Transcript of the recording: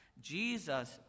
Jesus